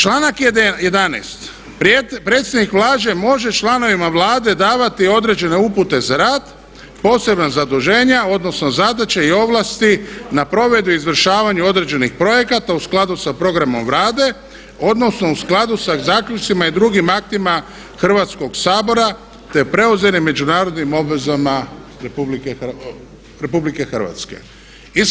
Članak 11. predsjednik Vlade može članovima Vlade davati određene upute za rad, posebna zaduženja odnosno zadaće i ovlasti na provedbi i izvršavanju određenih projekata u skladu sa programom Vlade, odnosno u skladu sa zaključcima i drugim aktima Hrvatskog sabora, te preuzete međunarodnim obvezama Republike Hrvatske.